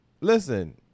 listen